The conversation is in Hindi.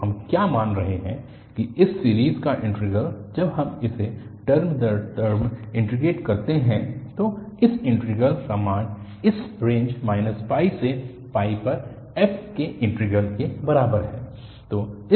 तो हम क्या मान रहे हैं कि इस सीरीज़ का इंटीग्रल जब हम इसे टर्म दर टर्म इन्टीग्रेट करते हैं तो उस इंटीग्रल का मान इस रेंज से पर f के इंटीग्रल के बराबर है